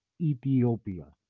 Ethiopia